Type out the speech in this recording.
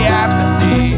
apathy